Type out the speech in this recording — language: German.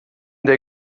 der